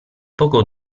poco